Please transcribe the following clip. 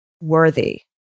worthy